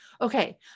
okay